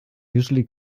usually